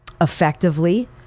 effectively